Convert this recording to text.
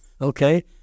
Okay